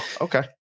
okay